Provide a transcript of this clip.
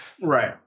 Right